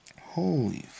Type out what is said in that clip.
Holy